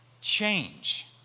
change